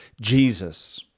Jesus